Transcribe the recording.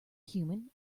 human